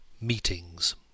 Meetings